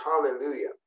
hallelujah